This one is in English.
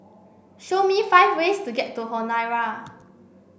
show me five ways to get to Honiara